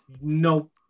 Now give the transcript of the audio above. Nope